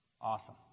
Awesome